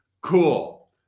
cool